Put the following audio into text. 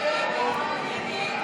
הסתייגות